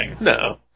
No